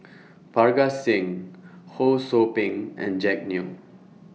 Parga Singh Ho SOU Ping and Jack Neo